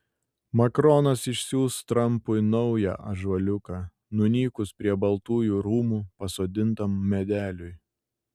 makronas išsiųs trampui naują ąžuoliuką nunykus prie baltųjų rūmų pasodintam medeliui